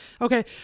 Okay